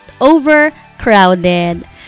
overcrowded